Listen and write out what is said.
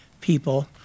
people